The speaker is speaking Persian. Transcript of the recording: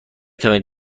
توانید